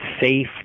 safe